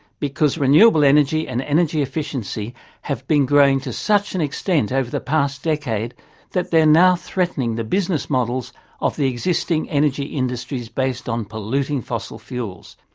because renewable energy and energy efficiency have been growing to such an extent over the past decade that they are now threatening the business models of the existing energy industries based on polluting fossil fuels.